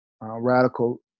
radical